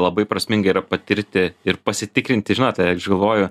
labai prasminga yra patirti ir pasitikrinti žinot aš galvoju